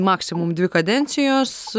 maksimum dvi kadencijos